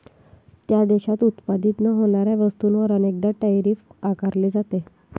त्या देशात उत्पादित न होणाऱ्या वस्तूंवर अनेकदा टैरिफ आकारले जाते